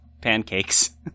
pancakes